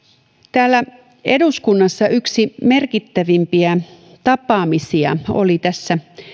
täällä eduskunnassa yksi merkittävimpiä tapaamisia oli tässä